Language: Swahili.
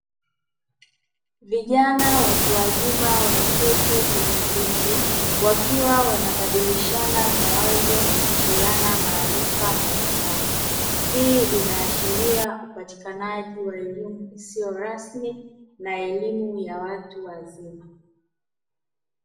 Vijana watu wazima wameketi kwenye viti wakiwa wanabadilishana mawazo na kupeana maarifa mbalimbali, hii inaashiria upatikanaji wa elimu isiyo rasmi na elimu ya watu wazima.